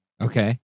Okay